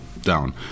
down